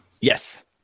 yes